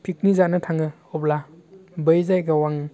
picnic जानो थाङो अब्ला बै जायगायाव आं